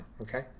okay